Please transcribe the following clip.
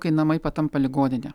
kai namai patampa ligonine